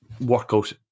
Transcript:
workout